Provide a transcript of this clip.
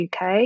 UK